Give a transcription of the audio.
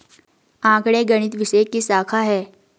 आंकड़े गणित विषय की शाखा हैं